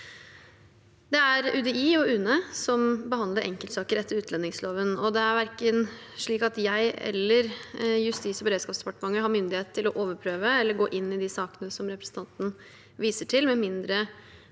UDI og UNE som behandler enkeltsaker etter utlendingsloven, og det er slik at verken jeg eller Justis- og beredskapsdepartementet har myndighet til å overprøve eller gå inn i de sakene som representanten viser til, med mindre